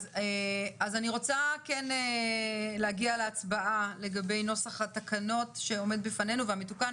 אני רוצה כן להגיע להצבעה לגבי נוסח התקנות שעומד בפנינו והמתוקן,